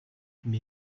mir